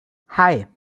hei